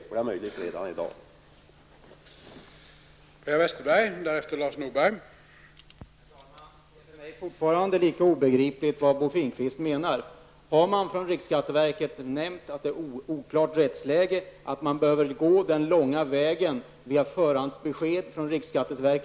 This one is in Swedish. Det är möjligt redan i dag att träffa avtal.